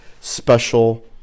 special